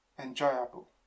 enjoyable